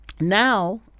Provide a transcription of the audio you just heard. now